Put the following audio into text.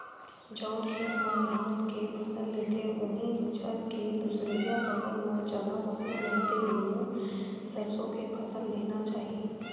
जउन खेत म धान के फसल लेथे, उहीं बछर के दूसरइया फसल म चना, मसूर, नहि ते गहूँ, सरसो के फसल लेना चाही